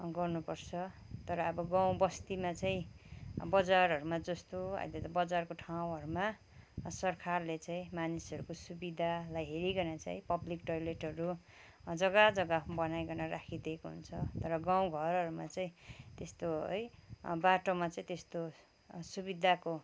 गर्नु पर्छ तर अब गाउँ बस्तीमा चाहिँ बजारहरूमा जस्तो अहिले त बजारको ठाउँहरूमा सरकारले चाहिँ मानिसहरूको सुविधालाई हेरिकन चाहिँ पब्लिक टोइलेटहरू जग्गा जग्गा बनाइकन राखिदिएको हुन्छ तर गाउँ घरहरूमा चाहिँ त्यस्तो है बाटोमा चाहिँ त्यस्तो सुविधाको